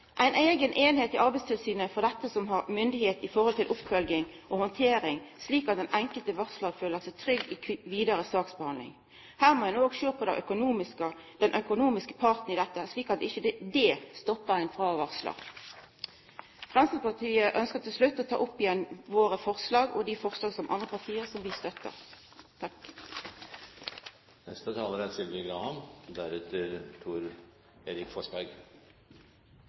Ein treng ei eiga eining i Arbeidstilsynet for dette, med myndigheit til oppfølging og handtering slik at den enkelte varslaren føler seg trygg i den vidare saksbehandlinga. Her må ein òg sjå på den økonomiske delen i dette, slik at ikkje dét stoppar ein frå å varsla. Eg ønskjer å ta opp Framstegspartiets forslag og dei forslaga Framstegspartiet har saman med andre